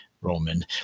Roman